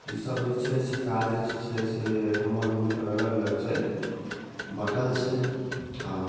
ईसब जे छै से काज जे छै से हमर हुनकर अलग अलग छै बँटल छै हँ